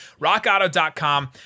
RockAuto.com